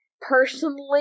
personally